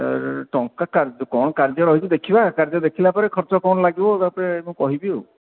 ଟଙ୍କା କ'ଣ କାର୍ଯ୍ୟ ରହିଛି ଦେଖିବା କାର୍ଯ୍ୟ ଦେଖିଲା ପରେ ଖର୍ଚ୍ଚ କ'ଣ ଲାଗିବ ତା'ପରେ ମୁଁ କହିବି ଆଉ